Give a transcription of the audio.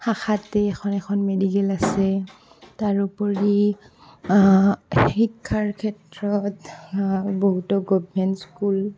শাখাতে এখন এখন মেডিকেল আছে তাৰোপৰি শিক্ষাৰ ক্ষেত্ৰত বহুতো গভমেণ্ট স্কুল